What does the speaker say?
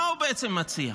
מה הוא בעצם מציע?